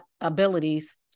abilities